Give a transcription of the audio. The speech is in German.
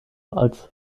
als